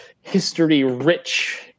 history-rich